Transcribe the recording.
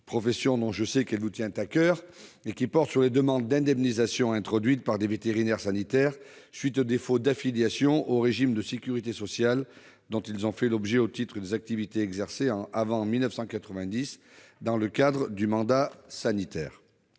profession dont je sais qu'elle vous tient à coeur, et qui porte sur les demandes d'indemnisation formulées par des vétérinaires sanitaires à la suite du défaut d'affiliation au régime de sécurité sociale dont ils ont fait l'objet au titre des activités exercées avant 1990 dans le cadre du mandat sanitaire.